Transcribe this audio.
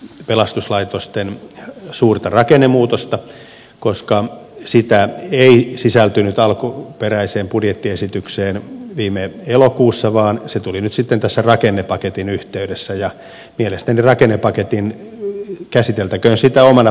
pelastuslaitosten suurta rakennemuutosta koskaan sitä ei sisältynyt alkuperäiseen budjettiesitykseen viime elokuussa vaan se tuli nyt sitten tässä rakennepaketin yhteydessä ja mielestäni rakennepakettia käsiteltäköön sitä omana